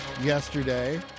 yesterday